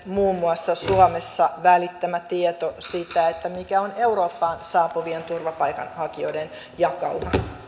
muun muassa talouselämä lehden suomessa välittämä tieto siitä mikä on eurooppaan saapuvien turvapaikanhakijoiden jakauma